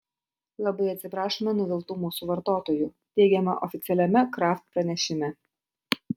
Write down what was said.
labai atsiprašome nuviltų mūsų vartotojų teigiama oficialiame kraft pranešime